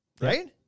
Right